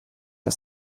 der